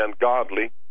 ungodly